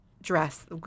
dress